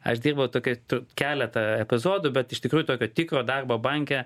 aš dirbau keletą epizodų bet iš tikrųjų tokio tikro darbo banke